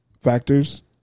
factors